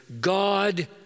God